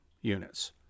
units